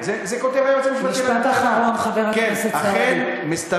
שום דבר